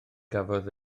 gafodd